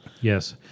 Yes